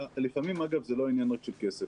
לפעמים, אגב, זה לא עניין רק של כסף.